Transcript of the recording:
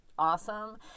awesome